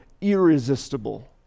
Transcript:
irresistible